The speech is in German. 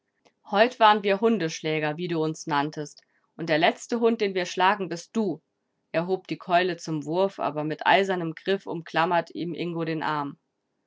heut waren wir hundeschläger wie du uns nanntest und der letzte hund den wir schlagen bist du er hob die keule zum wurf aber mit eisernem griff umklammerte ihm ingo den arm